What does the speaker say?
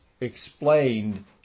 explained